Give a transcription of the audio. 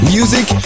music